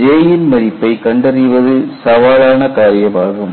J ன் மதிப்பை கண்டறிவது சவாலான காரியமாகும்